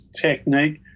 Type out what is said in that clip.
technique